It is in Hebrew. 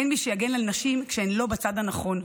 אין מי שיגן על נשים כשהן לא בצד הנכון,